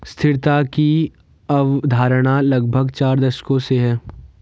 स्थिरता की अवधारणा लगभग चार दशकों से है